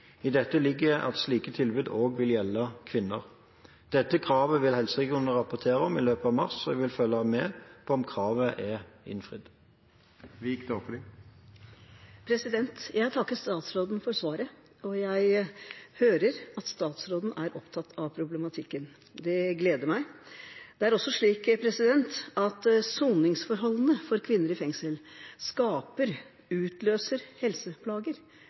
I dette ligger at slike tilbud også vil gjelde kvinner. Dette kravet vil helseregionene rapportere om i løpet av mars, og jeg vil følge med på om kravet er innfridd. Jeg takker statsråden for svaret, og jeg hører at statsråden er opptatt av problematikken. Det gleder meg. Det er også slik at soningsforholdene for kvinner i fengsel skaper og utløser helseplager,